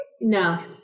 No